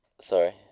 Sorry